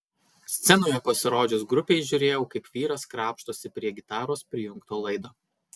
scenoje pasirodžius grupei žiūrėjau kaip vyras krapštosi prie gitaros prijungto laido